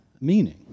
meaning